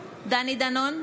דנון,